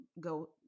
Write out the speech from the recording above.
go